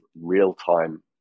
real-time